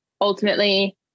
ultimately